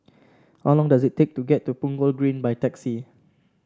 how long does it take to get to Punggol Green by taxi